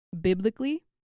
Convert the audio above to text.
biblically